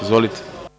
Izvolite.